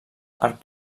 art